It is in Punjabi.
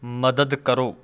ਮਦਦ ਕਰੋ